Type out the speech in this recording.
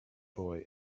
boy